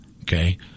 Okay